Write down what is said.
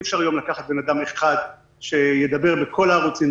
אי אפשר לקחת בן אדם אחד שידבר בכל הערוצים,